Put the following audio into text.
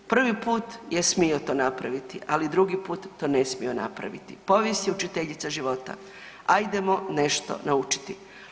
Prvi put je smio to napraviti, ali drugi put to nije smio napraviti, povijest je učiteljica života ajdemo nešto naučiti.